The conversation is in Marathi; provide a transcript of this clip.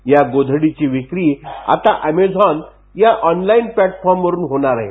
या गोधडीची विक्री आता अमॅझोन या ऑनलाईन प्लॅटफॉर्मवरुन होणार आहे